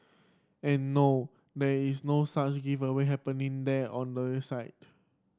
and no there is no such giveaway happening there or no you site